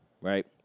Right